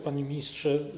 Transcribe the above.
Panie Ministrze!